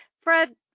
Fred